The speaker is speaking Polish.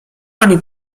ani